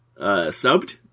subbed